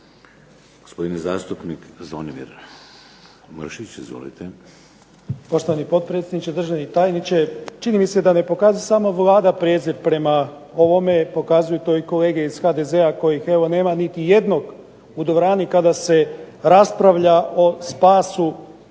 Gospodin zastupnik Zvonimir Mršić, izvolite. **Mršić, Zvonimir (SDP)** Poštovani potpredsjedniče, državni tajniče. Čini mi se da ne pokazuje samo Vlada prijezir prema ovome, pokazuju to i kolege iz HDZ-a kojih evo nema niti jednog u dvorani kada se raspravlja o spasu,